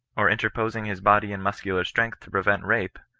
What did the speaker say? or interposing his body and muscular strength to prevent rape,